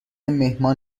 مهمان